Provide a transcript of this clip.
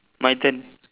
my turn